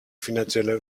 finanzielle